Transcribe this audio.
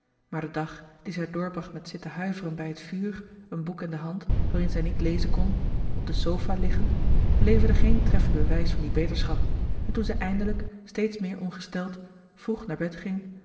maar de dag dien zij doorbracht met zitten huiveren bij het vuur een boek in de hand waarin zij niet lezen kon op de sofa liggen leverde geen treffend bewijs van die beterschap en toen zij eindelijk steeds meer ongesteld vroeg naar bed ging